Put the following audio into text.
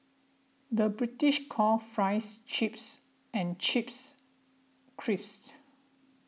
the British call Fries Chips and Chips Crisps